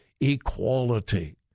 equality